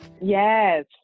Yes